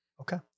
Okay